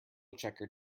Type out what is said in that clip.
checker